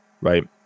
Right